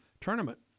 tournament